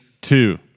Two